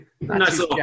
nice